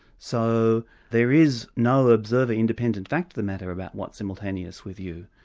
so there is no observer independent fact of the matter about what's simultaneous with you.